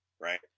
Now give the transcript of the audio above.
Right